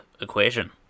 equation